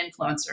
influencers